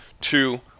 two